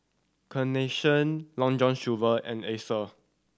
Carnation Long John Silver and